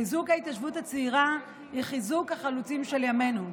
חיזוק ההתיישבות הצעירה הוא חיזוק החלוצים של ימינו.